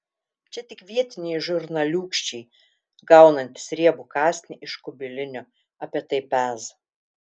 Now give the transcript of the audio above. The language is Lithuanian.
čia tik vietiniai žurnaliūkščiai gaunantys riebų kasnį iš kubilinio apie tai peza